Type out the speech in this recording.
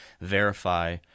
verify